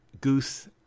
goose